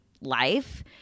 life